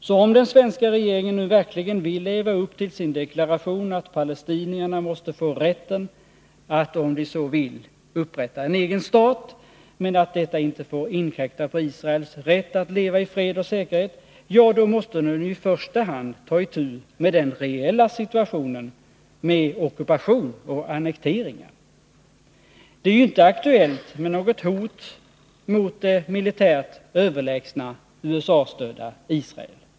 Så om den svenska regeringen nu verkligen vill leva upp till sin deklaration att palestinierna måste få rätten att om de så vill upprätta en egen stat, men att detta inte får inkräkta på Israels rätt att leva i fred och säkerhet — ja, då måste den i första hand ta itu med den reella situationen med ockupation och annekteringar. Det är ju inte aktuellt med något hot mot det militärt överlägsna, USA-stödda Israel.